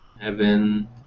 heaven